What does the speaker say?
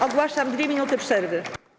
Ogłaszam 2 minuty przerwy.